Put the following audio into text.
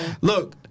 Look